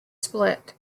split